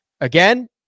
again